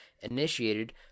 initiated